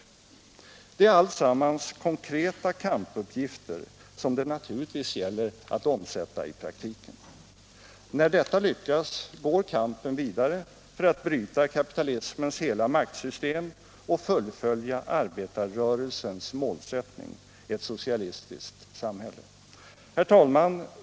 Det är alltsammans konkreta kampuppgifter som det naturligtvis gäller att omsätta i praktiken. När detta lyckas går kampen vidare för att bryta kapitalismens hela maktsystem och fullfölja arbetarrörelsens målsättning — ett socialistiskt samhälle. Herr talman!